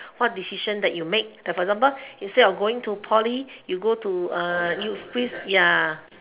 what decision that you make like for example instead of going to poly you go to ya